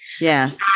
Yes